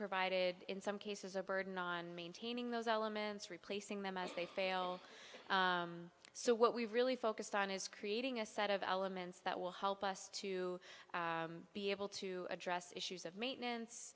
provided in some cases a burden on maintaining those elements replacing them as they fail so what we're really focused on is creating a set of elements that will help us to be able to address issues of maintenance